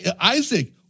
Isaac